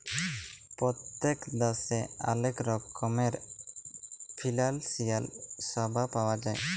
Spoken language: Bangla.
পত্তেক দ্যাশে অলেক রকমের ফিলালসিয়াল স্যাবা পাউয়া যায়